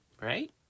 Right